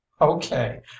okay